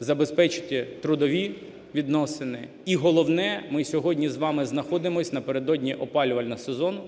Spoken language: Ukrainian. забезпечити трудові відносини. І головне, ми сьогодні з вами знаходимось напередодні опалювального сезону,